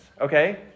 okay